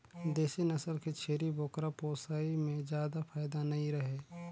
देसी नसल के छेरी बोकरा पोसई में जादा फायदा नइ रहें